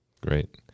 great